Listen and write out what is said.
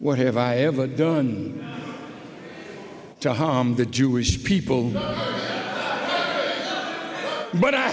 what have i ever done to harm the jewish people but i